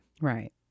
Right